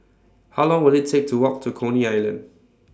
How Long Will IT Take to Walk to Coney Island